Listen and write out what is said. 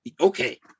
okay